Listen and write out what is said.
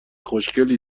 خوشگلی